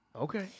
Okay